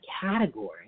category